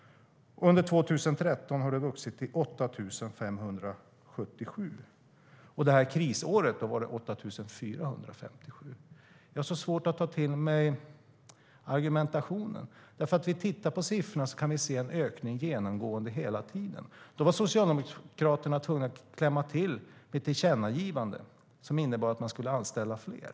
Under 2013 hade antalet vuxit till 8 577. Krisåret var antalet 8 457.Jag har svårt att ta till mig argumentationen. Om vi tittar på siffrorna kan vi se att det var en genomgående ökning. Då var Socialdemokraterna tvungna att klämma till med ett tillkännagivande som innebar att man skulle anställa fler.